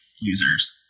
users